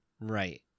Right